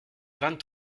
vingt